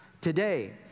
today